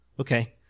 Okay